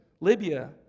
Libya